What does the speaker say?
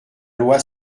loi